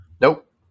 Nope